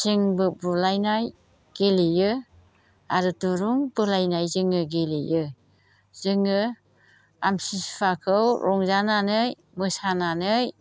थिंबो बुलायनाय गेलेयो आरो दुरुं बोलायनाय जोङो गेलेयो जोङो आमथिसुवाखौ रंजानानै मोसानानै